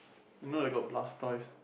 you know they got Blastoise